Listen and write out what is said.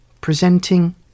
Presenting